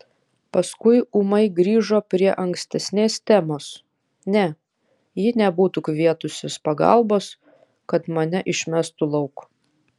paskui ūmai grįžo prie ankstesnės temos ne ji nebūtų kvietusis pagalbos kad mane išmestų lauk